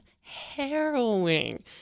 harrowing